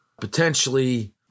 potentially